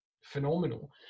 phenomenal